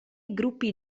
gruppi